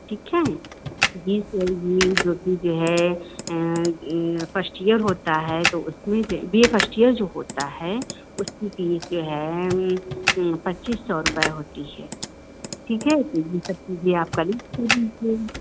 ठीक है फीस होगी जो भी जो है फर्स्ट ईअर होता है तो उसमें जो बी ए फर्स्ट ईयर जो होता है उसमें फीस जो है पच्चीस सौ रुपये होती है ठीक है यह सब चीज़ें आप कलेक्ट कर लीजिए